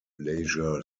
leisure